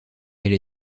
elle